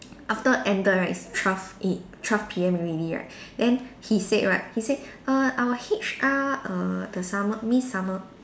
after ended right it's twelve A twelve P_M already right then he said right he said err our H_R err the summer miss summer